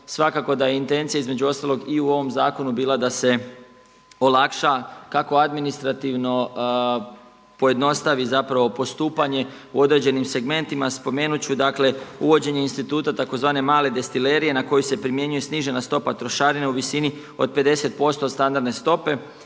svakako da je intencija između ostalog i u ovom zakonu bila da se olakša kako administrativno pojednostavi zapravo postupanje u određenim segmentima. Spomenut ću dakle uvođenje instituta tzv. male destilerije na koju se primjenjuje snižena stopa trošarine u visini od 50 posto od standardne stope.